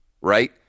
right